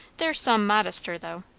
they're some modester, though.